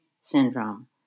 syndrome